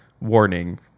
warning